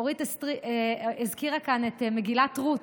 אורית הזכירה כאן את מגילת רות.